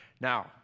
now